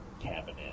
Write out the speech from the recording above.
cabinet